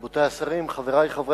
תודה, רבותי השרים, רבותי חברי הכנסת,